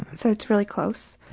so it's really close.